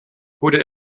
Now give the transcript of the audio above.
wurde